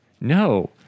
no